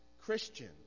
Christian